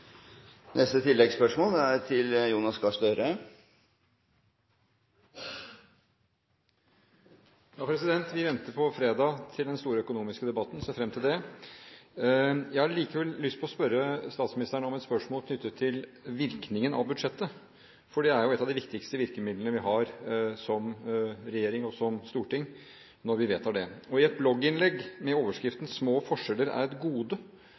Jonas Gahr Støre – til oppfølgingsspørsmål. Vi venter til den store økonomiske debatten på fredag – jeg ser fram til det. Jeg har likevel lyst til å stille statsministeren et spørsmål knyttet til virkningen av budsjettet, for det er jo et av de viktigste virkemidlene vi har som regjering, og som storting når vi vedtar det. I et blogginnlegg med overskriften «Små forskjeller er et gode»